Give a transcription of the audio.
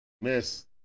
Miss